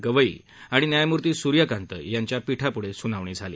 गवई आणि न्यायमूर्ती सुर्यकांत यांच्या पीठापुढे सुनावणी झाली